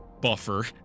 buffer